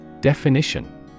Definition